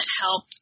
help